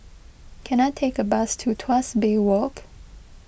can I take a bus to Tuas Bay Walk